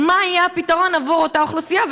מה יהיה הפתרון עבור אותה אוכלוסייה,